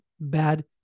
bad